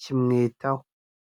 kimwitaho.